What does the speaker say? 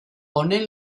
honen